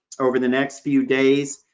over the next few days,